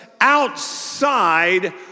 outside